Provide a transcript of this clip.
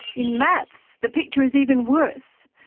in maths, the picture is even worse,